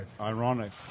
ironic